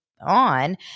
on